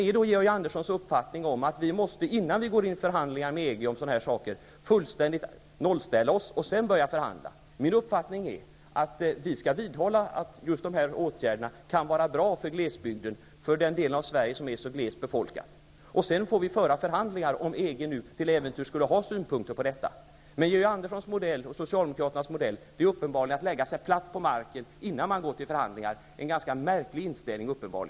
Är det Georg Anderssons uppfattning att vi, innan vi går in i förhandlingar med EG om sådana här saker, fullständigt måste nollställa oss och därefter börja att förhandla? Min uppfattning är att vi skall vidhålla att just de här åtgärderna kan vara bra för den del av Sverige som är glest befolkad. Därefter får vi föra förhandlingar, om EG till äventyrs skulle ha synpunkter på detta. Georg Anderssons och Socialdemokraternas modell är uppenbarligen att lägga sig platt på marken innan man går till förhandlingar. Det är en ganska märklig inställning.